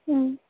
ம்